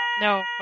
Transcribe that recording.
No